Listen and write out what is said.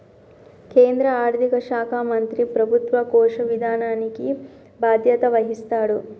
కేంద్ర ఆర్థిక శాఖ మంత్రి ప్రభుత్వ కోశ విధానానికి బాధ్యత వహిస్తాడు